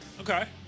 Okay